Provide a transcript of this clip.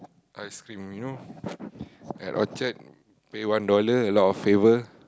ice-cream you know at Orchard pay one dollar a lot of flavour